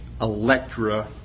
Electra